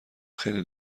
خیلی